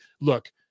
Look